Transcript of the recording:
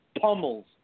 pummels